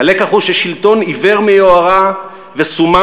הלקח הוא ששלטון עיוור מיוהרה וסומא